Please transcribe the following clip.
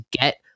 get